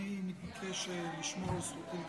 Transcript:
אדוני מתבקש לשמור על זכותי לדבר.